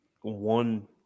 one